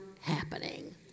happening